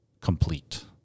complete